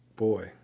boy